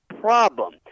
problem